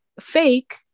fake